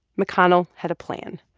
mcconnell had a plan.